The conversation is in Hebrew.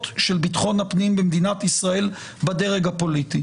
של ביטחון הפנים במדינת ישראל בדרג הפוליטי.